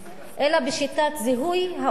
אלא בשיטת זיהוי האויב.